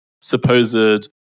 supposed